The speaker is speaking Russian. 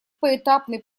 поэтапный